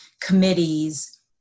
committees